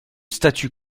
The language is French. statu